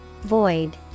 Void